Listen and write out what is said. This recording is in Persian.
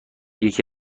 یکی